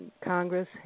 Congress